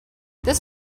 this